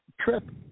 trip